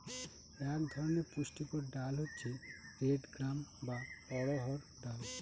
এক ধরনের পুষ্টিকর ডাল হচ্ছে রেড গ্রাম বা অড়হর ডাল